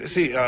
See